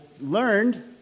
learned